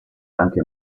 anche